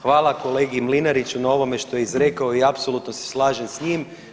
Hvala kolegi Mlinariću na ovome što je izrekao i apsolutno se slažem s njim.